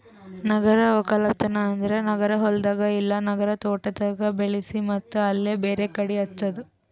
ನಗರ ಒಕ್ಕಲ್ತನ್ ಅಂದುರ್ ನಗರ ಹೊಲ್ದಾಗ್ ಇಲ್ಲಾ ನಗರ ತೋಟದಾಗ್ ಬೆಳಿಸಿ ಮತ್ತ್ ಅಲ್ಲೇ ಬೇರೆ ಕಡಿ ಹಚ್ಚದು